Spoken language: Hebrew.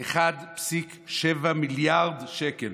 1.7 מיליארד שקל,